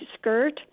skirt